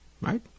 right